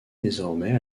désormais